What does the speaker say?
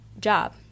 job